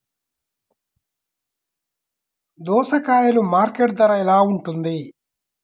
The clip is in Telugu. దోసకాయలు మార్కెట్ ధర ఎలా ఉంటుంది?